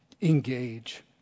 Engage